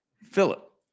Philip